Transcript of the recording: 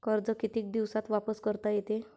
कर्ज कितीक दिवसात वापस करता येते?